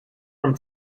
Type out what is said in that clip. from